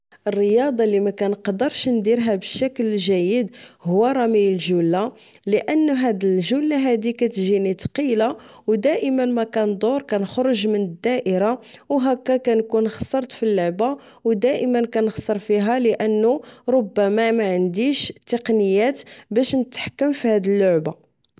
في وقت الفراغ ديالي كيعجبني بزاف نخرج مع الاحباب ديالي والاصدقاء ديالي. نمشيو نزورو العائلة ونمشيو لشي بلاصة زوينة ناكل فيها ومنبعد نتمشى واحد المدة طويلة وخصوصا جنب البحر كيكون واحد الاحساس زوين بزاف نفرغ الطاقة السلبيه ديالي ونجلس اكبر وقت ممكن مع الاصدقاء والاحباب ديالي